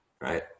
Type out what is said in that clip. right